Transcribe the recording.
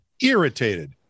irritated